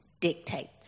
dictates